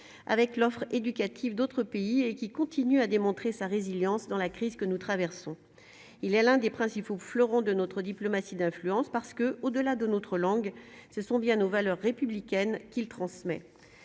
avec l'offre éducative, d'autres pays et qui continue à démontrer sa résilience dans la crise que nous traversons, il est l'un des principaux fleurons de notre diplomatie d'influence parce que, au-delà de notre langue, ce sont bien nos valeurs républicaines qu'il transmet